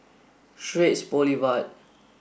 Straits Boulevard